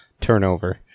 turnover